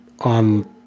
on